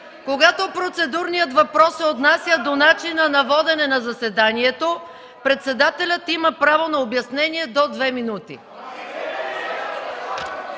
„Когато процедурният въпрос се отнася до начина на водене на заседанието, председателят има право на обяснение до две минути”.